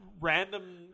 random